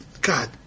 God